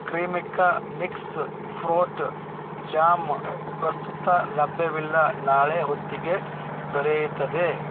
Cremica mix fruit jam ಪ್ರಸ್ತುತ ಲಭ್ಯವಿಲ್ಲ ನಾಳೆ ಹೊತ್ತಿಗೆ ದೊರೆಯುತ್ತದೆ